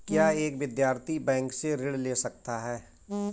क्या एक विद्यार्थी बैंक से ऋण ले सकता है?